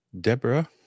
Deborah